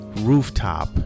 rooftop